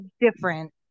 different